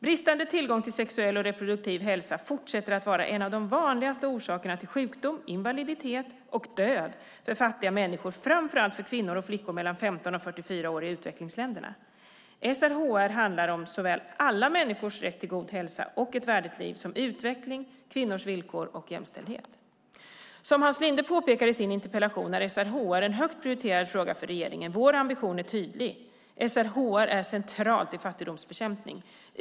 Bristande tillgång till sexuell och reproduktiv hälsa fortsätter att vara en av de vanligaste orsakerna till sjukdom, invaliditet och död för fattiga människor, framför allt för kvinnor och flickor mellan 15 och 44 år i utvecklingsländerna. SRHR handlar om såväl alla människors rätt till god hälsa och ett värdigt liv, som utveckling, kvinnors villkor och jämställdhet. Som Hans Linde påpekar i sin interpellation är SRHR en högt prioriterad fråga för regeringen. Vår ambition är tydlig: SRHR är centralt i fattigdomsbekämpning.